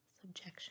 subjection